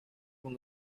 con